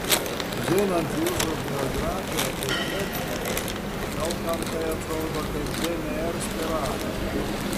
žinant jūsų biografiją kaip chemiko daug kam tai atrodo kaip dnr spiralė